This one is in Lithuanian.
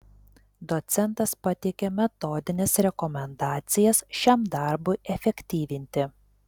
docentas pateikė metodines rekomendacijas šiam darbui efektyvinti